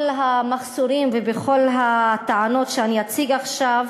המחסורים ובכל הטענות שאני אציג עכשיו.